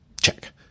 Check